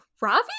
Ravi